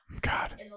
God